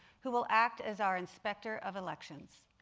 who will act as our inspector of elections,